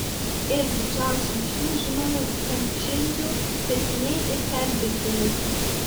ir didžiausi iš jų žinomų frančizių tęsiniai ir perdirbiniai